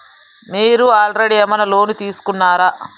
మీరు ఆల్రెడీ ఏమైనా లోన్ తీసుకున్నారా?